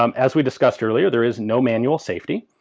um as we discussed earlier, there is no manual safety.